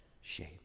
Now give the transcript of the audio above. Shame